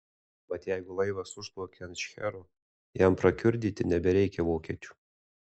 mat jeigu laivas užplaukia ant šchero jam prakiurdyti nebereikia vokiečių